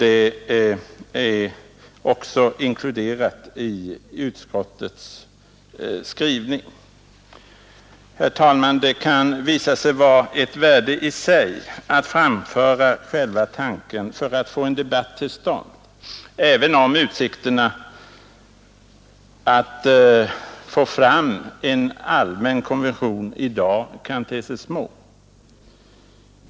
Den tanken är också inkluderad i utskottets skrivning. Herr talman! Det kan visa sig vara ett värde i sig att framföra tanken på en allmän konvention mot miljömord för att få en debatt till stånd. även om utsikterna att få fram en sådan konvention i dag kan te sig små.